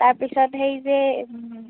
তাৰ পিছত সেই যে